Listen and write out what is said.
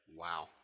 Wow